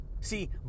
See